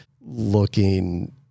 looking